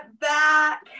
back